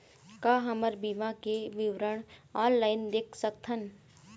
का हमर बीमा के विवरण ऑनलाइन देख सकथन?